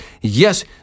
Yes